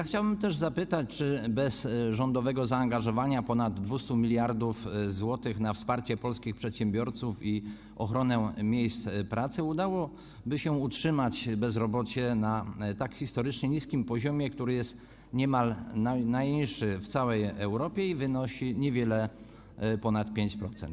Chciałem też zapytać, czy bez rządowego zaangażowania ponad 200 mld zł na wsparcie polskich przedsiębiorców i ochronę miejsc pracy udałoby się utrzymać bezrobocie na tak historycznie niskim poziomie, który jest niemal najniższy w całej Europie i wynosi niewiele ponad 5%.